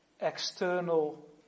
external